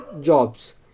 Jobs